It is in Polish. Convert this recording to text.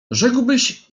rzekłbyś